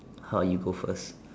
how you go first